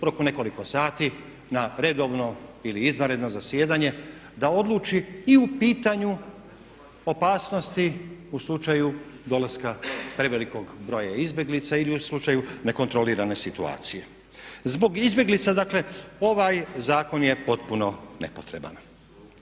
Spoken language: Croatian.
roku nekoliko sati na redovno ili izvanredno zasjedanje da odluči i u pitanju opasnosti u slučaju dolaska prevelikog broja izbjeglica ili u slučaju nekontrolirane situacije. Zbog izbjeglica dakle ovaj zakon je potpuno nepotreban.